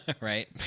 right